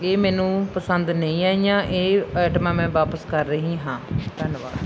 ਇਹ ਮੈਨੂੰ ਪਸੰਦ ਨਹੀਂ ਆਈਆਂ ਇਹ ਆਈਟਮਾਂ ਮੈਂ ਵਾਪਸ ਕਰ ਰਹੀ ਹਾਂ ਧੰਨਵਾਦ